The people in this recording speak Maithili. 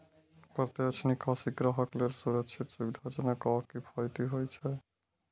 प्रत्यक्ष निकासी ग्राहक लेल सुरक्षित, सुविधाजनक आ किफायती होइ छै